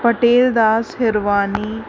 Patel Das Hirwani